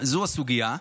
זו הסוגיה.